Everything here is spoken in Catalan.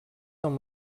amb